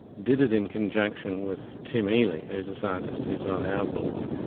did it in conjunction with tim ealey who is a scientist who is on our board,